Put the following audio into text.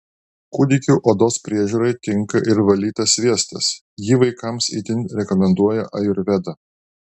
kūdikių odos priežiūrai tinka ir valytas sviestas jį vaikams itin rekomenduoja ajurveda